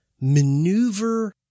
maneuver